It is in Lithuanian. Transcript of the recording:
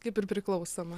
kaip ir priklausoma